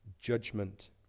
judgment